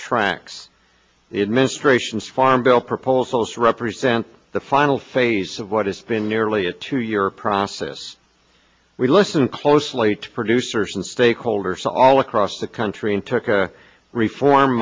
tracks it ministrations farm bill proposals represent the final phase of what it's been nearly a two year process we listen closely to producers and stakeholders all across the country and took a reform